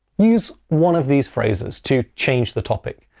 use one of these phrases to change the topic,